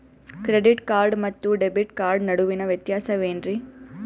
Credit card ಮತ್ತು debit card ನಡುವಿನ ವ್ಯತ್ಯಾಸ ವೇನ್ರೀ?